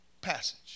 passage